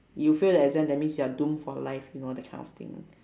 you fail the exam that means you are doomed for life you know that kind of thing